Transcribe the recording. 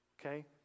okay